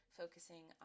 focusing